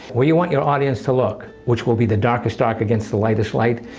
where you want your audience to look, which will be the darkest dark against the lightest light,